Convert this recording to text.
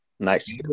Nice